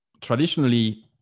Traditionally